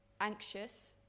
anxious